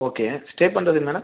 okay stay பண்ணுறது madam